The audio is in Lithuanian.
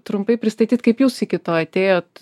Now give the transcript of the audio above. trumpai pristatyt kaip jūs iki to atėjot